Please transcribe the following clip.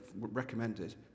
recommended